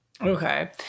okay